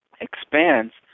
expands